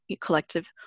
collective